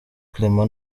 clement